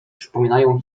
przypominają